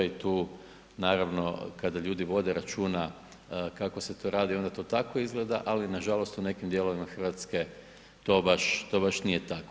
I tu naravno kada vode ljudi računa kako se to radi onda to tako izgleda, ali nažalost u nekim dijelovima Hrvatske to baš nije tako.